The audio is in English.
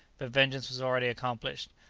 but vengeance was already accomplished.